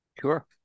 Sure